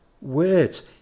words